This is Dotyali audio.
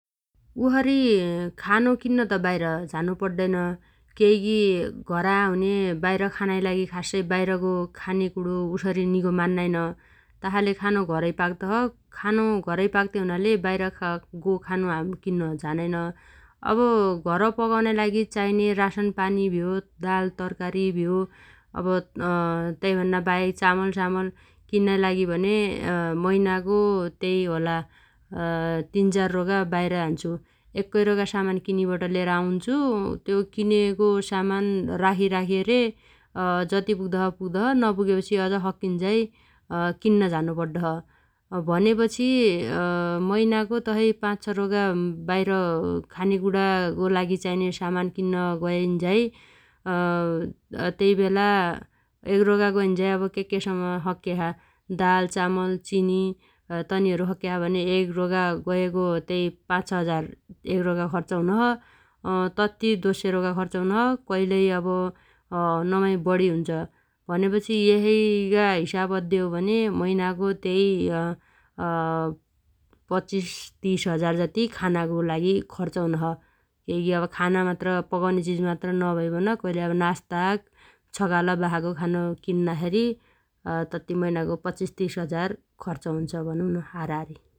उसरी खानो किन्न त बाइर झानो पड्डैन । केइगी घरा हुन्या बाइर खानाइ लागि खासै बाइरगो खानेकुणो उसरी निगो मान्नाइन । तासाइले खानो घरै पाक्तो छ । खानो घरै पाक्ते हुनाले बाइरगो खानो किन्न झानैन । अब घर पगाउनाइ लागि चाइन्या रासन पानी भ्यो दाल तरकारी भ्यो अब तैभन्नाबाहेक चामल सामल किन्नाइ लागि भने मैनागो त्यइ होला तिन चार रोगा बाइर झान्छु । एक्कै रोगा सामान किनिबट लेर आउन्छु । त्यो किनेगो सामान राखि राखेरे जति पुग्दछ पुग्दछ नपुगेपछि अज सक्किन्झाइ किन्न झानो पड्डोछ । भनेपछि मैनागो तसइ पाच छ रोगा बाइर खानेकुणागो लागि चाइने सामान किन्न गइन्झाइ तैबेला एगरोगा गैन्झाइ अब केक्के सामान सक्क्या छ दाल चामल चिनी तनिहरु सक्क्या छ भने एगरोगा गएगो त्यै पाच छ हजार एग रोगा खर्च हुनोछ । तत्ति दोस्से रोगा खर्च हुनोछ । कइलै अब नमाइ बणी हुन्छ । भनेपछि यसाइगा हिसाब अद्दे हो भने मैनागो त्यै पच्चीस तीस हजार जति खानागो लागि खर्च हुनोछ । केइगी अब खाना मात्र अब पगाउने चिज मात्तर नभइबन कइलै अब नास्ता छगाल बासागो खानो किन्नाखेरी तत्ति मैनागो पच्चीस तीस हजार खर्च हुन्छ भनुन हाराहारी ।